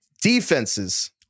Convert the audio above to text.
defenses